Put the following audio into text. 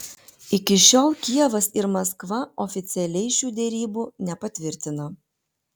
iki šiol kijevas ir maskva oficialiai šių derybų nepatvirtina